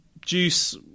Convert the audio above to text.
Juice